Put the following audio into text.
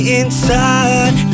inside